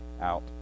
out